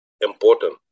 important